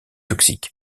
toxique